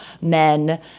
men